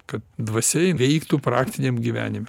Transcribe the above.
kad dvasia veiktų praktiniam gyvenime